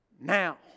Now